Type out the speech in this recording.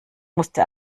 musste